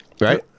right